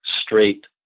straight